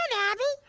and abby.